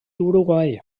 uruguai